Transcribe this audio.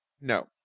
No